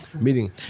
meeting